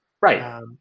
right